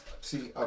See